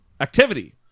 activity